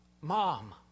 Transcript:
mom